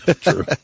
True